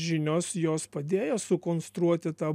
žinios jos padėjo sukonstruoti tą